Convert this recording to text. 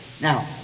Now